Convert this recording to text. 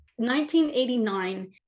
1989